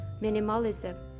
minimalism